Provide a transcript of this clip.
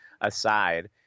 aside